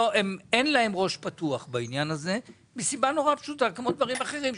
אין להם ראש פתוח בעניין הזה מסיבה נורא פשוטה כמו דברים אחרים,